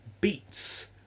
beats